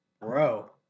Bro